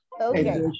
Okay